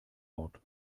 ort